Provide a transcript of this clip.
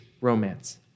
romance